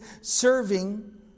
serving